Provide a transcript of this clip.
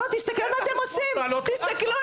אין לכם זכות לעלות לאל אקצה,